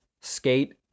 Skate